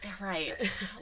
Right